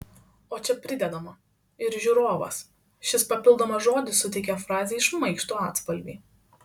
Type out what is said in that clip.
o čia pridedama ir žiūrovas šis papildomas žodis suteikia frazei šmaikštų atspalvį